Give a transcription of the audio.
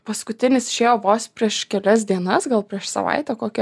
paskutinis išėjo vos prieš kelias dienas gal prieš savaitę kokią